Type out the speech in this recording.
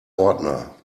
ordner